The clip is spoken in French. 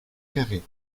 carrés